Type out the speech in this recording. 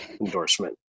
Endorsement